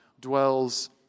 dwells